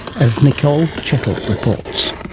as nicole chettle reports.